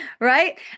Right